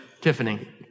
Tiffany